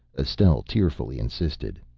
estelle tearfully insisted.